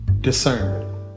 discernment